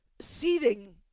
seating